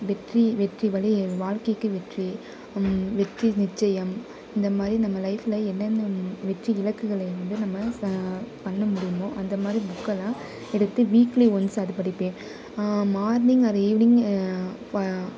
வெற்றி வெற்றி வாழ்கைக்கு வெற்றி வெற்றி நிச்சயம் இந்தமாதிரி நம்ம லைஃப்பில் என்னென்ன வெற்றி இலக்குகளை வந்து நம்ம பண்ண முடியுமோ அந்தமாதிரி புக்கெல்லாம் எடுத்து வீக்லி ஒன்ஸ் அது படிப்பேன் மார்னிங் ஆர் ஈவினிங்